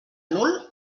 nul